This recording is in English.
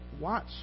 watch